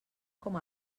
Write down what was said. com